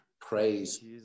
Praise